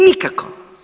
Nikako.